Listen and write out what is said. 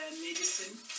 medicine